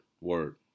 Word